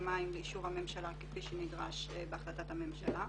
המים לאישור הממשלה כפי שנדרש בהחלטת הממשלה.